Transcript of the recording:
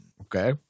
Okay